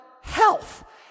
health